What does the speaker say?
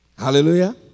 Hallelujah